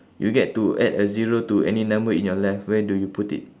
you get to add a zero to any number in your life where do you put it